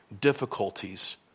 difficulties